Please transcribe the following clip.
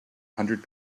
hundred